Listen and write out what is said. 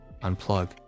unplug